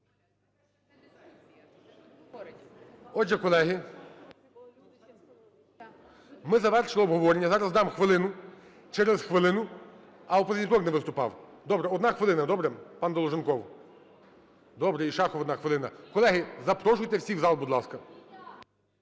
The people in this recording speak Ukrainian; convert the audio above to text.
Отже, колеги, ми завершили обговорення. Зараз дам хвилину, через хвилину… А, "Опозиційний блок" не виступав? Добре, одна хвилина. Добре? Пан Долженков. Добре. І Шахов – одна хвилина. Колеги, запрошуйте всіх в зал, будь ласка.